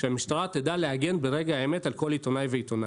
שהמשטרה תדע להגן ברגע האמת על כל עיתונאי ועיתונאי.